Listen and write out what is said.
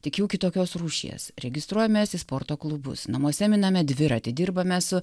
tik jau kitokios rūšies registruojamės į sporto klubus namuose miname dviratį dirbame su